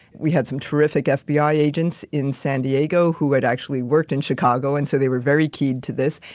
we had some terrific fbi ah yeah agents in san diego who had actually worked in chicago. and so, they were very key to this.